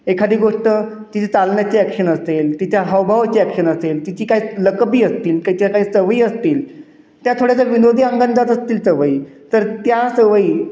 एखादी गोष्ट तिची चालण्याचे ॲक्शन असेल तिच्या हावभावची ॲक्शन असेल तिची काय लकबी असतील काहीच्या काही सवय असतील त्या थोड्या काय विनोदी अंगाने जात असतील सवयी तर त्या सवयी